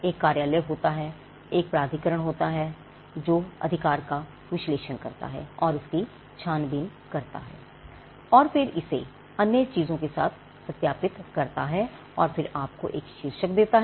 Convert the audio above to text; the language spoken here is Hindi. एक कार्यालय होता है एक प्राधिकरण होता है जो अधिकार का विश्लेषण करता है और इसकी छानबीन करता है और फिर इसे अन्य चीजों के साथ सत्यापित करता है और फिर आपको एक शीर्षक देता है